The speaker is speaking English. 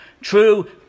True